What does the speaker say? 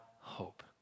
hope